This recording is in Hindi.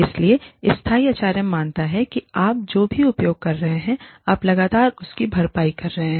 इसलिए स्थायी एचआरएम मानता है कि आप जो भी उपयोग कर रहे हैं आप लगातार उसकी भरपाई कर रहे हैं